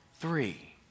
Three